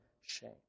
shame